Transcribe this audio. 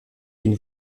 une